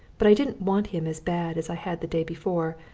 but i didn't want him as bad as i had the day before,